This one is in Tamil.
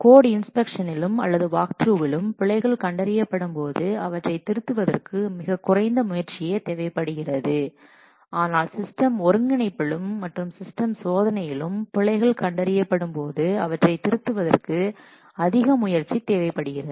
கோட் இன்ஸ்பெக்ஷனிலும் அல்லது வாக்த்ரூவிலும் பிழைகள் கண்டறியப்படும் போது அவற்றை திருத்துவதற்கு மிகக் குறைந்த முயற்சியே தேவைப்படுகிறது ஆனால் சிஸ்டம் ஒருங்கிணைப்பிலும் மற்றும் சிஸ்டம் சோதனையிலும் பிழைகள் கண்டறியப்படும் போது அவற்றை திருத்துவதற்கு அதிக முயற்சி தேவைப்படுகிறது